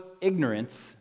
ignorance